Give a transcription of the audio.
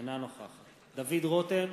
אינה נוכחת דוד רותם,